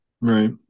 Right